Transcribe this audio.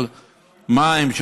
של מים,